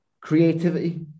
creativity